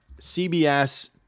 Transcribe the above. CBS